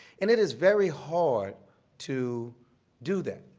and it is very hard to do that.